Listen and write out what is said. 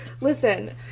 Listen